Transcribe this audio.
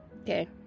Okay